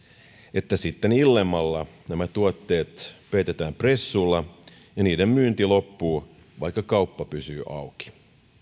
että sitten illemmalla nämä tuotteet peitetään pressulla ja niiden myynti loppuu vaikka kauppa pysyy auki